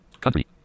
Country